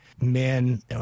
men